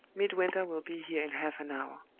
midwinter will be here in half an hour.